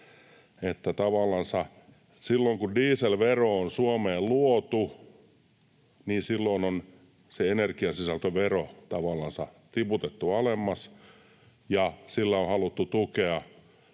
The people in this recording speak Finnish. Silloin kun dieselvero on Suomeen luotu, niin silloin on se energiasisältövero tavallansa tiputettu alemmas, ja sillä on haluttu tukea